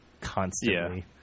constantly